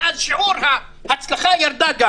ואז שיעור ההצלחה גם ירד.